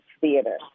Theater